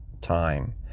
time